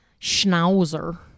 Schnauzer